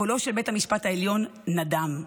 קולו של בית המשפט העליון נדם,